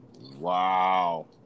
Wow